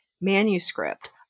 manuscript